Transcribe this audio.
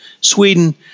Sweden